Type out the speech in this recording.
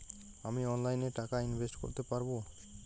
আমি অনলাইনে টাকা ইনভেস্ট করতে পারবো?